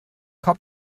korb